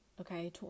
okay